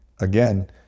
again